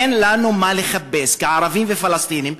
אין לנו מה לחפש כערבים ופלסטינים,